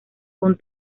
con